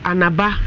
Anaba